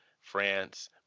France